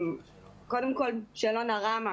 קודם כל, שאלון הראמ"ה.